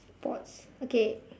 sports okay